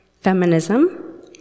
feminism